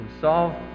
solve